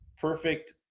perfect